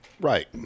Right